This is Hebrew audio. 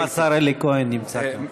גם השר אלי כהן נמצא כאן.